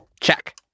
Check